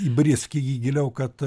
įbrisk į jį giliau kad